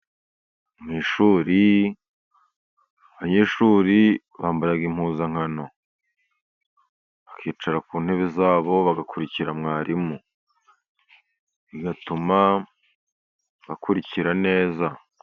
Mu ishuri abanyeshuri bambara impuzankano, bakicara ku ntebe zabo, bagakurikira mwarimu, bigatuma bakurikira neza.